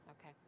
Okay